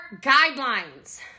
guidelines